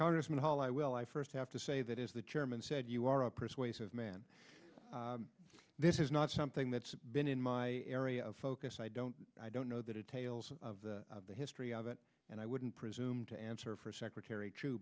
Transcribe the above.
congressman paul i well i first have to say that is the chairman said you are a persuasive man this is not something that's been in my area of focus i don't i don't know the details of the history of it and i wouldn't presume to answer for secretary true